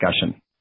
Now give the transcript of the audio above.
discussion